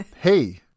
hey